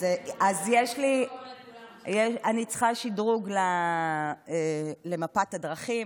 אני צריכה שדרוג למפת הדרכים.